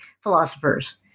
philosophers